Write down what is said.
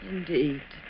Indeed